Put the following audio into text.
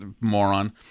moron